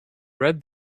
read